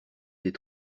des